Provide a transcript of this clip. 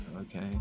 okay